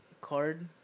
card